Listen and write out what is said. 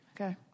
Okay